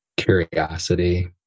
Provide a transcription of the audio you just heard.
curiosity